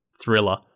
thriller